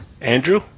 Andrew